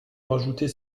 rajouter